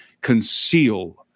conceal